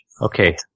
okay